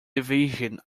division